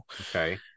Okay